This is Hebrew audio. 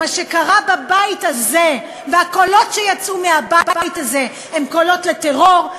מה שקרה בבית הזה והקולות שיצאו מהבית הזה הם קולות לטרור,